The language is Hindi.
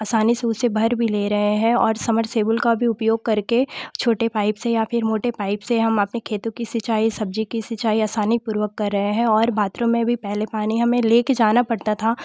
आसानी से उसे भर भी ले रहे हैं और समरसेबुल का भी उपयोग करके छोटे पाइप से या फिर मोटे पाइप से हम अपने खेतों की सिंचाई सब्जी की सिंचाई आसानीपूर्वक कर रहे हैं और बाथरूम में भी पहले पानी हमें ले के जाना पड़ता था